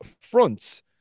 fronts